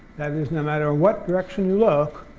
that is no matter what direction you look,